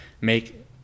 make